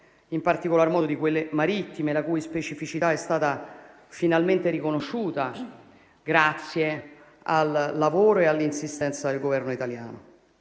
in particolar modo di quelle marittime, la cui specificità è stata finalmente riconosciuta grazie al lavoro e all'insistenza del Governo italiano.